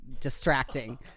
distracting